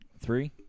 Three